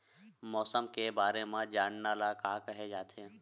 मौसम के बारे म जानना ल का कहे जाथे?